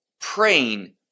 praying